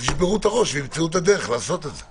אז ישברו את הראש וימצאו את הדרך לעשות את זה.